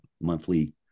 monthly